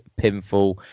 pinfall